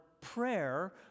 prayer